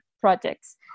projects